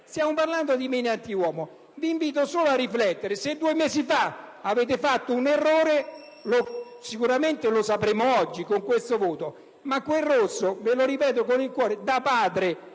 Stiamo parlando di mine antiuomo; vi invito solo a riflettere. Se due mesi fa avete fatto un errore lo sapremo oggi con questo voto, ma quel rosso (ve lo ripeto con il cuore da padre